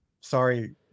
Sorry